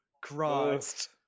Christ